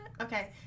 okay